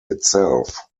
itself